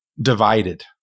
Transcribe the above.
divided